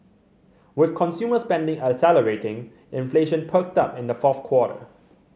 with consumer spending accelerating inflation perked up in the fourth quarter